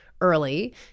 early